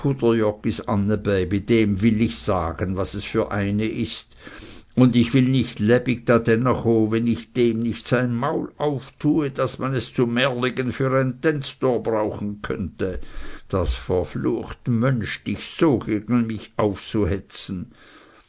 dem will ich sagen was es für eine ist und ich will nicht lebig dadänne cho wenn ich dem nicht sein maul auftue daß man es zu merligen für ein tennstor brauchen könnte das verflucht mönsch dich so gegen mich